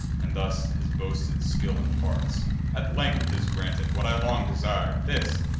and thus his boasted skill imparts at length t is granted, what i long desir'd! this,